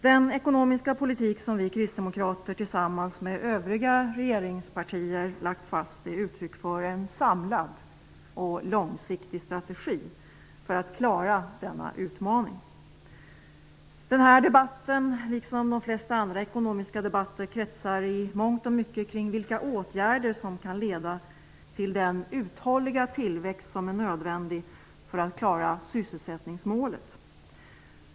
Den ekonomiska politik som vi kristdemokrater tillsammans med övriga regeringspartier lagt fast är uttryck för en samlad och långsiktig strategi för att klara denna utmaning. Den här debatten -- liksom de flesta andra ekonomiska debatter -- kretsar i mångt och mycket kring vilka åtgärder som kan leda till den uthålliga tillväxt som är nödvändig för att klara sysselsättningsmålet.